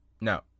No